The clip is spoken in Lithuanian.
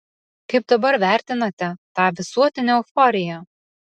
kaip dabar vertinate tą visuotinę euforiją